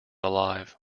alive